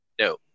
No